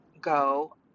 go